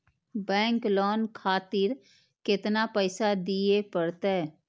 Bank loan खातीर केतना पैसा दीये परतें?